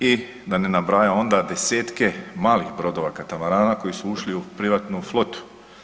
I da ne nabrajam onda 10-tke malih brodova katamarana koji su ušli u privatnu flotu.